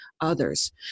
others